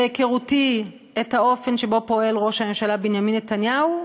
בהיכרותי את האופן שבו פועל ראש הממשלה בנימין נתניהו,